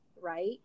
right